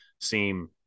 seem